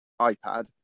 ipad